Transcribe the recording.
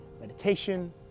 meditation